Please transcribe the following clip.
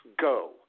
Go